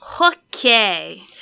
Okay